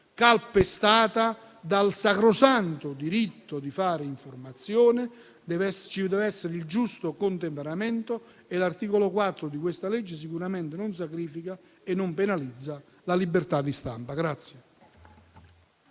calpestata dal sacrosanto diritto di fare informazione. Ci deve essere il giusto contemperamento e l'articolo 4 della legge al nostro esame sicuramente non sacrifica e non penalizza la libertà di stampa.